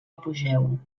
apogeu